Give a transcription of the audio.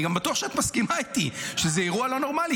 אני גם בטוח שאת מסכימה איתי שזה אירוע לא נורמלי,